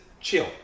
chill